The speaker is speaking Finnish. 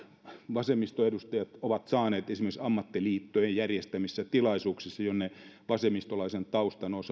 vasemmistoedustajat ovat saaneet esimerkiksi ammattiliittojen järjestämissä tilaisuuksissa jonne vasemmistolaisen taustan